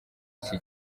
iki